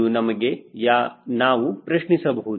ಎಂದು ನಮಗೆ ನಾವು ಪ್ರಶ್ನಿಸಬಹುದು